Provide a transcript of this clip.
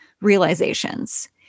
realizations